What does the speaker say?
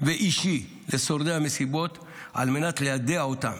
ואישי לשורדי המסיבות על מנת ליידע אותם.